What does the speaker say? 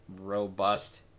robust